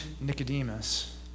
Nicodemus